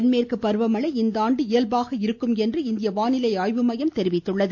தென்மேற்கு பருவமழை இந்தாண்டு சராசரியாக இருக்கும் என்று இந்திய வானிலை ஆய்வு மையம் தெரிவித்துள்ளது